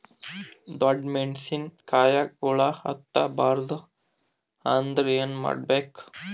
ಡೊಣ್ಣ ಮೆಣಸಿನ ಕಾಯಿಗ ಹುಳ ಹತ್ತ ಬಾರದು ಅಂದರ ಏನ ಮಾಡಬೇಕು?